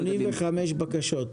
85 בקשות?